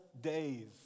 days